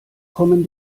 kommen